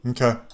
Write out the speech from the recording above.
Okay